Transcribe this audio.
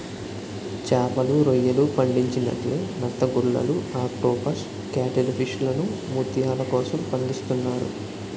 చేపలు, రొయ్యలు పండించినట్లే నత్తగుల్లలు ఆక్టోపస్ కేటిల్ ఫిష్లను ముత్యాల కోసం పండిస్తున్నారు